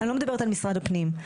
אני לא מדברת על משרד הפנים.